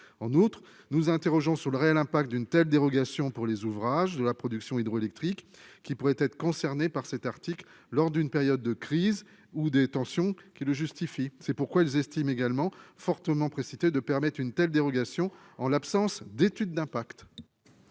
en outre, nous interrogeons sur le réel impact d'une telle dérogation pour les ouvrages de la production hydroélectrique qui pourraient être concernés par cet article lors d'une période de crise ou des tensions qui le justifie, c'est pourquoi elles estiment également fortement précité de permettre une telle dérogation en l'absence d'étude d'impact.